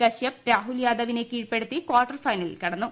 കശ്യപ് രാഹുൽ യാദവിനെ കീഴ്പ്പെടുത്തി കാർട്ടർ ഫൈന്റ്ലിൽ ്കടന്നു